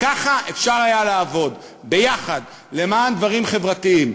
וככה אפשר היה לעבוד, יחד, למען דברים חברתיים.